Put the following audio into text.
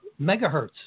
megahertz